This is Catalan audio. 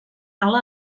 ala